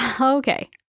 Okay